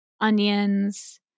onions